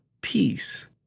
peace